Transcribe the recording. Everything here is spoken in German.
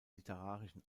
literarischen